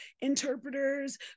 interpreters